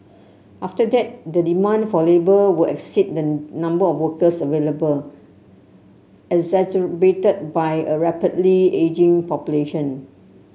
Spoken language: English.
after that the demand for labour will exceed the number of workers available exacerbated by a rapidly ageing population